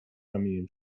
ramieniem